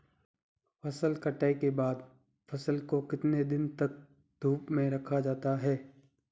फसल कटाई के बाद फ़सल को कितने दिन तक धूप में रखा जाता है?